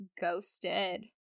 ghosted